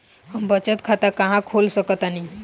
हम बचत खाता कहां खोल सकतानी?